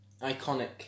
iconic